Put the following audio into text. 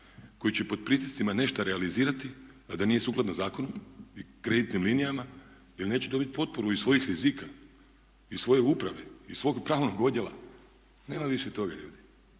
koji će pod pritiscima nešto realizirati, a da nije sukladno zakonu i kreditnim linijama, jer neće dobiti potporu iz svojih rizika, iz svoje uprave, iz svog pravnog odjela. Nema više toga, to